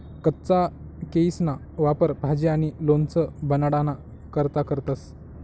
कच्चा केयीसना वापर भाजी आणि लोणचं बनाडाना करता करतंस